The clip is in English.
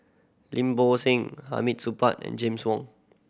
Lim Bo Seng Hamid Supaat and James Wong